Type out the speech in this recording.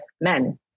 men